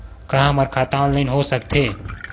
का हमर खाता ऑनलाइन हो सकथे?